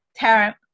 Tarrant